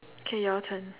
K your turn